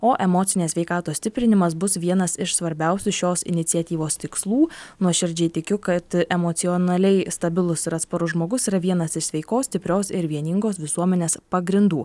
o emocinės sveikatos stiprinimas bus vienas iš svarbiausių šios iniciatyvos tikslų nuoširdžiai tikiu kad emocionaliai stabilus ir atsparus žmogus yra vienas iš sveikos stiprios ir vieningos visuomenės pagrindų